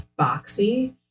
boxy